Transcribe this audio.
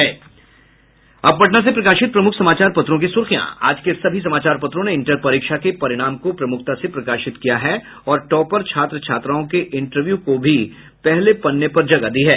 अब पटना से प्रकाशित प्रमुख समाचार पत्रों की सुर्खियां आज के सभी समाचार पत्रों ने इंटर परीक्षा के परिणाम को प्रमुखता से प्रकाशित किया है और टॉपर छात्र छात्राओं के इंटरव्यू को भी पहले पन्ने पर जगह दी है